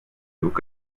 looked